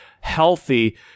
healthy